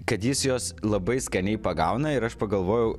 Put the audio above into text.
kad jis juos labai skaniai pagauna ir aš pagalvojau